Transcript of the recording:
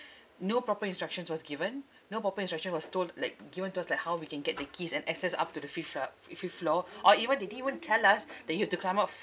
no proper instructions was given no proper instruction was told like given to us like how we can get the keys and access up to the fifth uh fifth floor or even they didn't even tell us that you have to climb up